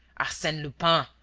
arsene lupin.